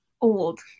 old